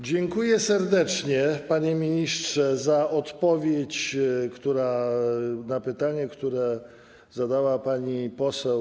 Dziękuję serdecznie, panie ministrze, za odpowiedź na pytanie, które zadała pani poseł.